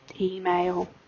email